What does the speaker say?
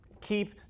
Keep